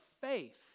faith